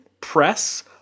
press